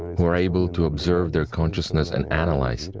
who are able to observe their consciousness and analyze,